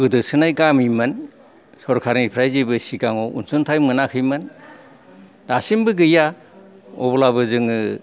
गोदोसोनाय गामिमोन सरकारनिफ्राय जेबो सिगाङाव अनसुंथाइ मोनाखैमोन दासिमबो गैया अब्लाबो जोङो